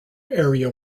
area